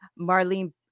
Marlene